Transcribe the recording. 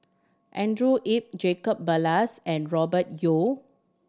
Andrew Yip Jacob Ballas and Robert Yeo